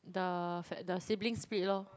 the the siblings split lor